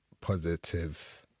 positive